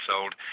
sold